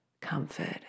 comfort